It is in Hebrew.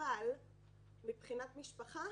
אבל מבחינת משפחה